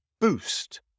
boost